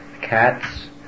Cats